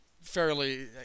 fairly